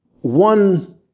One